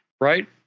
right